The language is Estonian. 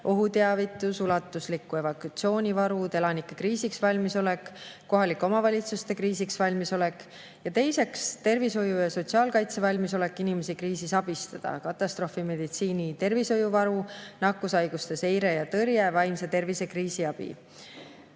ohuteavitus, ulatuslikud evakuatsioonivarud, elanike kriisiks valmisolek ja kohalike omavalitsuste kriisiks valmisolek. Ja teiseks, tervishoiu ja sotsiaalkaitse valmisolek inimesi kriisis abistada: katastroofimeditsiini tervishoiuvaru, nakkushaiguste seire ja tõrje ning vaimse tervise